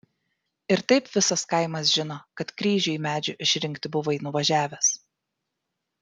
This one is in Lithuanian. ir taip visas kaimas žino kad kryžiui medžio išrinkti buvai nuvažiavęs